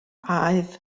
baedd